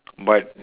but